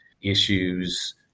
issues